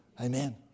Amen